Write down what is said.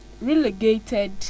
relegated